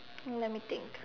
let me think